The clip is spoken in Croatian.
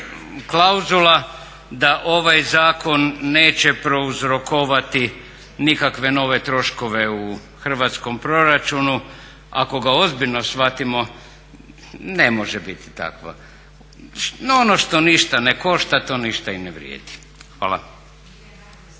klauzula da ovaj zakon neće prouzrokovati nikakve nove troškove u hrvatskom proračunu ako ga ozbiljno shvatimo ne može biti takva. Ono što ništa ne košta to ništa i ne vrijedi. Hvala.